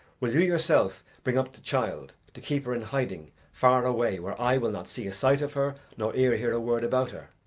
will you yourself bring up the child to keep her in hiding far away where eye will not see a sight of her nor ear hear a word about her?